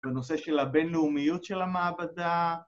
בנושא של הבינלאומיות של המעבדה